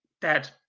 Dead